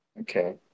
Okay